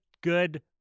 good